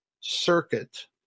circuit